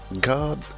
God